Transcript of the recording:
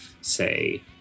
say